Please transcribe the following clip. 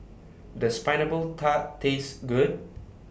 Does Pineapple Tart Taste Good